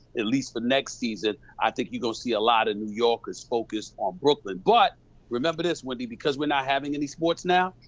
at least the next season, i think you're gonna see a lotta new yorkers focused on brooklyn, but remember this, wendy, because we're not having any sports now,